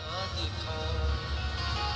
मध्यवर्ती बँका जगभरातील प्रत्येक देशात आढळतात